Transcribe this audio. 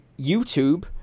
YouTube